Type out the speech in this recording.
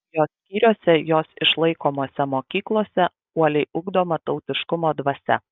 jos skyriuose jos išlaikomose mokyklose uoliai ugdoma tautiškumo dvasia